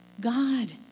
God